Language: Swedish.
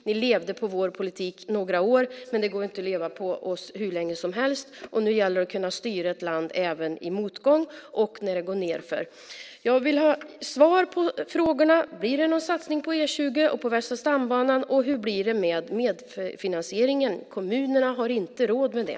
Ni levde på vår politik i några år, men det går inte att leva på oss hur länge som helst. Nu gäller det att kunna styra ett land även i motgång och när det går nedför. Jag vill ha svar på frågorna: Blir det någon satsning på E 20 och Västra stambanan? Hur blir det med medfinansieringen? Kommunerna har inte råd med det.